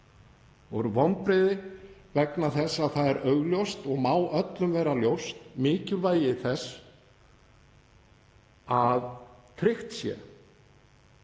Það voru vonbrigði vegna þess að það er augljóst og má öllum vera ljóst mikilvægi þess að tryggt sé